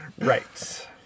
Right